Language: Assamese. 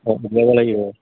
অঁ বুজাব লাগিব